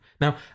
Now